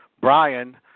Brian